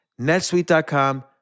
netsuite.com